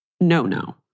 no-no